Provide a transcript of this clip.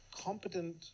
competent